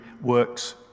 works